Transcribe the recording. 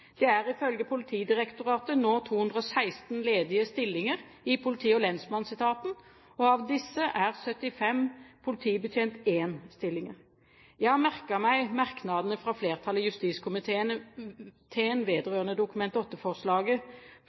Det er ifølge Politidirektoratet nå 216 ledige stillinger i politi- og lensmannsetaten, og av disse er 75 politibetjent 1-stillinger. Jeg har merket meg merknadene fra flertallet i justiskomiteen vedrørende Dokument